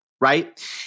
right